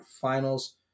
Finals